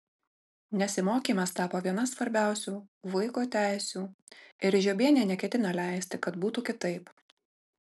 nesimokymas tapo viena svarbiausių vaiko teisių ir žiobienė neketina leisti kad būtų kitaip